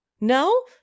No